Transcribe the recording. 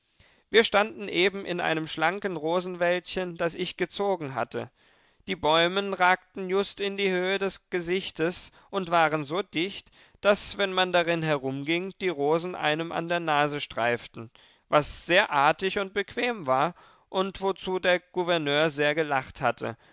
wir standen eben in einem schlanken rosenwäldchen das ich gezogen hatte die bäumen ragten just in die höhe des gesichtes und waren so dicht daß wenn man darin herumging die rosen einem an der nase streiften was sehr artig und bequem war und wozu der gouverneur sehr gelacht hatte